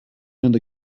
and